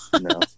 No